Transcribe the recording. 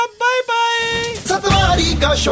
bye-bye